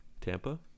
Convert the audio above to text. Tampa